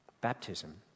Baptism